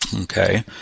Okay